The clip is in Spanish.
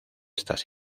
estas